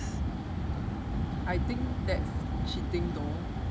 I think that's cheating though